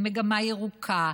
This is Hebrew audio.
למגמה ירוקה,